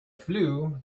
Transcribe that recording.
flue